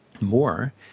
more